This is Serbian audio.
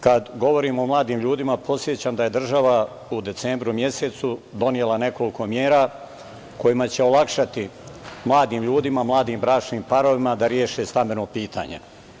Kada govorim o mladim ljudima, podsećam da je država u decembru mesecu donela nekoliko mera kojima će olakšati mladim ljudima, mladim bračnim parovima da reše stambeno pitanje.